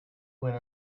when